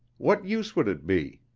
what use would it be?